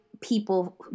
people